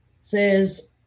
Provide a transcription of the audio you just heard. Says